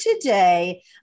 today